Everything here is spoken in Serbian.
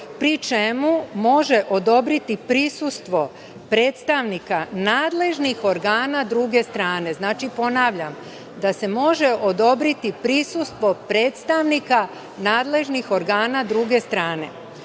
pri čemu može odobriti prisustvo predstavnika nadležnih organa druge strane. Znači, ponavljam, da se može odobriti prisustvo predstavnika nadležnih organa druge strane.